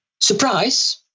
surprise